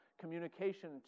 Communication